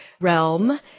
realm